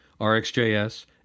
RxJS